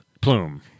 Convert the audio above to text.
plume